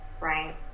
right